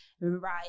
right